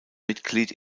mitglied